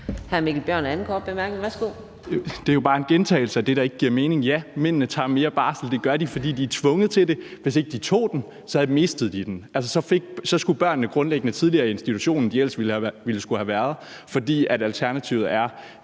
Det er jo bare en gentagelse af det, der ikke giver mening. Ja, mændene tager mere barsel. Det gør de, fordi de er tvunget til det. Hvis ikke de tog den, mistede de den, altså så skulle skolebørnene grundlæggende tidligere i institution, end de ellers ville skulle have været, fordi alternativet er,